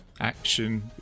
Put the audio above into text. action